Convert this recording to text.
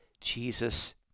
Jesus